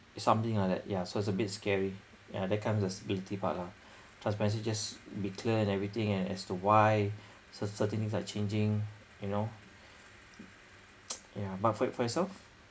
something like that yeah so it's a bit scary yeah that comes as stability part lah transparency just be clear and everything and as to why cer~ certain things are changing you know yeah but for you for yourself